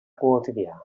quotidià